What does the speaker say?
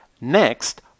Next